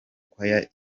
choir